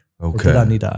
Okay